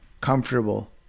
comfortable